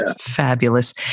fabulous